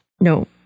No